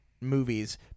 movies